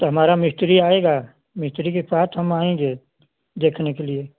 तो हमारा मिस्त्री आएगा मिस्त्री के साथ हम आएँगे देखने के लिए